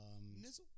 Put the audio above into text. Nizzle